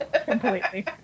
Completely